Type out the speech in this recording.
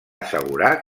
assegurar